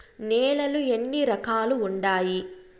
నేలలు ఎన్ని రకాలు వుండాయి?